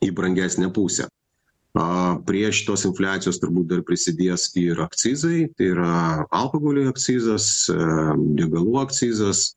į brangesnę pusę prie šitos infliacijos turbūt dar prisidės ir akcizai tai yra alkoholiui akcizas degalų akcizas